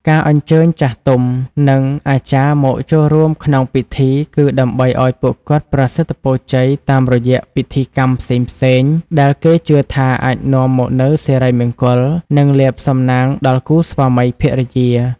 ការអញ្ជើញចាស់ទុំ និងអាចារ្យមកចូលរួមក្នុងពិធី គឺដើម្បីឱ្យពួកគាត់ប្រសិទ្ធិពរជ័យតាមរយៈពិធីកម្មផ្សេងៗ ដែលគេជឿថាអាចនាំមកនូវសិរីមង្គល និងលាភសំណាងដល់គូស្វាមីភរិយា ។